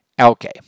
Okay